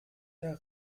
der